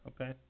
okay